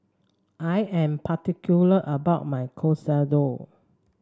I am particular about my Katsudon